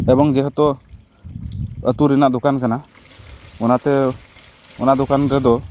ᱮᱵᱚᱝ ᱡᱮᱦᱮᱛᱩ ᱟᱹᱛᱩ ᱨᱮᱱᱟᱜ ᱫᱚᱠᱟᱱ ᱠᱟᱱᱟ ᱚᱱᱟᱛᱮ ᱚᱱᱟ ᱫᱚᱠᱟᱱ ᱨᱮᱫᱚ